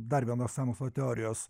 dar viena sąmokslo teorijos